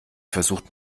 versucht